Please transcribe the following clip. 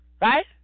right